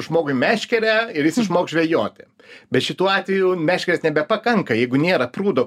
žmogui meškerę ir jis išmoks žvejoti bet šituo atveju meškerės nebepakanka jeigu nėra prūdo